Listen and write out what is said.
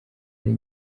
ari